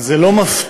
זה לא מפתיע.